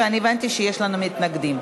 ואני הבנתי שיש לנו מתנגדים.